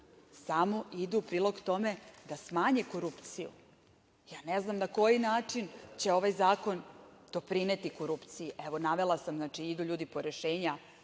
samo idu u prilog tome da smanje korupciju. Ja ne znam na koji način će ovaj zakon doprineti korupciji. Evo, navela sam, idu ljudi po rešenja